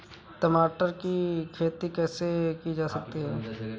टमाटर की खेती कैसे की जा सकती है?